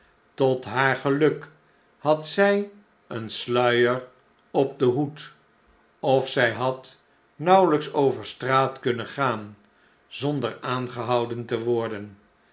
tot haar geluk had zij een sluier op den hoed of zij had nauwelps over straat kunnen gaan zonder aangehouden te worden